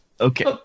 Okay